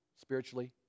spiritually